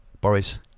Boris